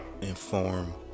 Inform